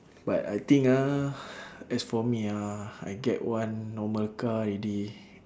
but I think ah as for me ah I get one normal car already